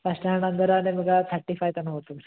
first hand ಅಂದ್ರೆ ನಿಮ್ಗೆ thirty five ತನಕ